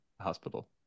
hospital